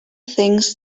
things